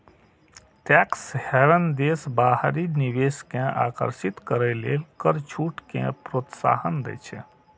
tax haven देश बाहरी निवेश कें आकर्षित करै लेल कर छूट कें प्रोत्साहन दै छै